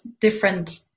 different